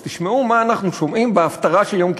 אז תשמעו מה אנחנו שומעים בהפטרה של יום כיפור,